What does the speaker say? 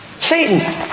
Satan